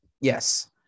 Yes